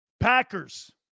Packers